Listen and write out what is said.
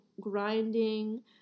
grinding